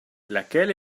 laquelle